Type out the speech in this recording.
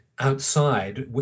outside